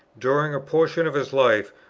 during a portion of his life,